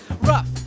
Rough